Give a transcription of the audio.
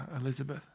Elizabeth